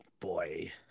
boy